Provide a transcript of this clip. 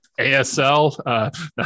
ASL